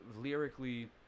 lyrically